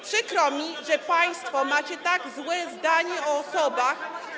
Przykro mi, że państwo macie tak złe zdanie o osobach.